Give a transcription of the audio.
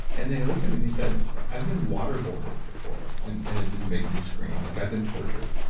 and then, he looked at me, and he said, i've been waterboarded before, and and it didn't make me scream. like i've been tortured.